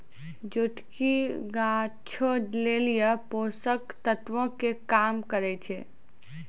जोटकी गाछो लेली पोषक तत्वो के काम करै छै